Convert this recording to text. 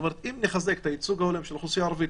כלומר אם נחזק את הייצוג ההולם של האוכלוסייה הערבית